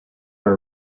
were